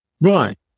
Right